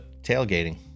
tailgating